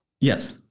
yes